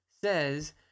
says